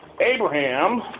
Abraham